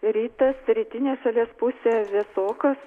rytas rytinė šalies pusė vėsoka